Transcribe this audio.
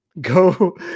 Go